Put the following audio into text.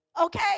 Okay